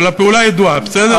אבל הפעולה ידועה, בסדר?